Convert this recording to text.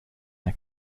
our